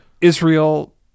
Israel